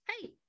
hey